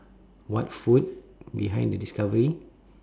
what food behind the discovery